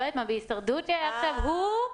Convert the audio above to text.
בהישרדות שהיה עכשיו 'המנצח הוא...'